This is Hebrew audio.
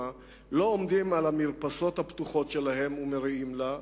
לא עומדים על המרפסות הפתוחות שלהם ומריעים לה?